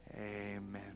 amen